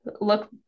look